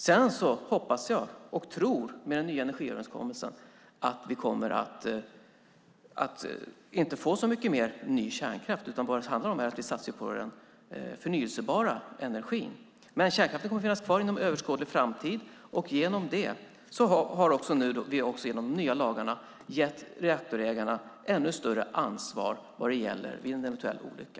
Sedan hoppas jag och tror att vi med den nya överenskommelsen inte kommer att få så mycket mer ny kärnkraft, utan vi satsar på förnybar energi. Men kärnkraften kommer att finnas kvar inom en överskådlig framtid, och vi har med de nya lagarna gett reaktorägarna ännu större ansvar vid en eventuell olycka.